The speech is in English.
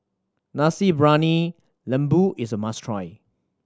Nasi Briyani Lembu is a must try